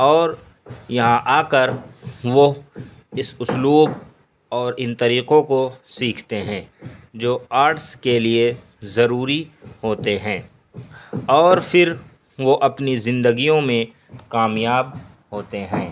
اور یہاں آ کر وہ اس اسلوب اور ان طریقوں کو سیکھتے ہیں جو آرٹس کے لیے ضروری ہوتے ہیں اور پھر وہ اپنی زندگیوں میں کامیاب ہوتے ہیں